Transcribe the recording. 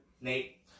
Nate